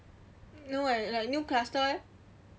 no eh like new cluster eh